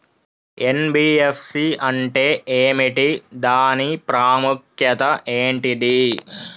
NBFC అంటే ఏమిటి దాని ప్రాముఖ్యత ఏంటిది?